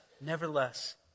nevertheless